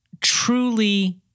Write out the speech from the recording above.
truly